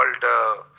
called